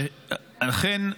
ולכן,